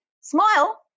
Smile